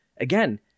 Again